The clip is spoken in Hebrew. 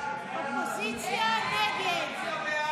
נתקבל.